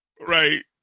Right